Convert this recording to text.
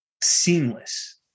seamless